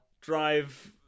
drive